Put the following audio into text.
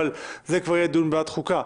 אבל זה כבר יהיה דיון בוועדת החוקה.